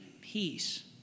peace